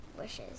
wishes